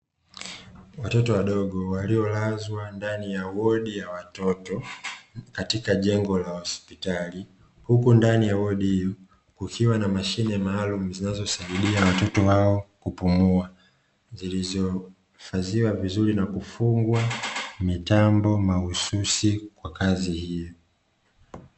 Watoto wadogo waliolazwa ndani ya wodi ya watoto katika jengo la hospitali, huku ndani ya bodi ukiwa na mashine maalumu zinazosaidia watoto hao kupumua, zilizohifadhiwa vizuri na kufungwa mitambo mahususi kwa kazi hiyo.